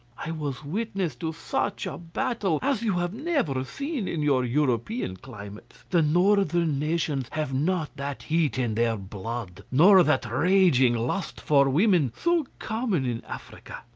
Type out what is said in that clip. i was witness to such a battle as you have never seen in your european climates. the northern nations have not that heat in their blood, nor that ah raging lust for women, so common in africa.